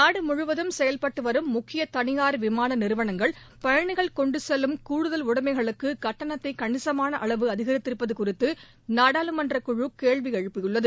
நாடு முழுவதும் செயல்பட்டு வரும் முக்கிய தனியார் விமான நிறுவனங்கள் பயணிகள் கொண்டு செல்லும் கூடுதல் உடமைகளுக்கு கட்டணத்தை கணிசமான அளவு அதிகரித்திருப்பது குறித்து நாடாளுமன்றக் குழு கேள்வி எழுப்பியுள்ளது